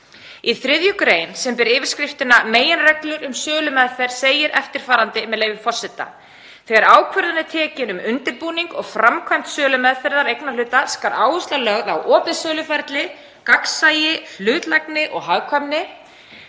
Í 3. gr., sem ber yfirskriftina Meginreglur um sölumeðferð segir eftirfarandi, með leyfi forseta: „Þegar ákvörðun er tekin um undirbúning og framkvæmd sölumeðferðar eignarhluta skal áhersla lögð á opið söluferli, gagnsæi, hlutlægni og hagkvæmni.